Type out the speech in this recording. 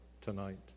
tonight